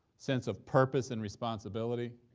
sense of purpose and responsibility,